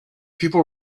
people